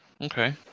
Okay